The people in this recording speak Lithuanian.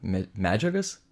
me medžiagas